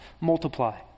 multiply